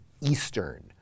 Eastern